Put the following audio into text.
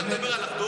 אתה מדבר על אחדות?